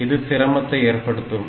இது சிரமத்தை ஏற்படுத்தும்